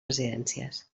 residències